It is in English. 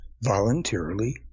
voluntarily